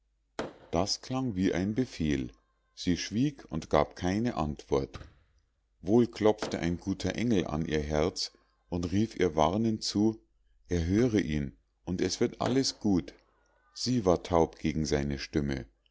das klang wie ein befehl sie schwieg und gab keine antwort wohl klopfte ein guter engel an ihr herz und rief ihr warnend zu erhöre ihn und es wird alles gut sie war taub gegen seine stimme